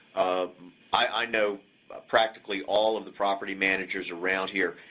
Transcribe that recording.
i know practically all of the property managers around here.